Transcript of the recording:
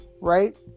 right